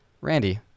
Randy